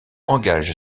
engage